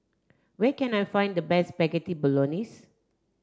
where can I find the best Spaghetti Bolognese